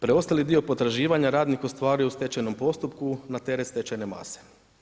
Preostali dio potraživanja radnik ostvari u stečajnom postupku, na teret stečene mase.